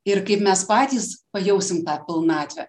ir kaip mes patys pajausim tą pilnatvę